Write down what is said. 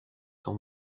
son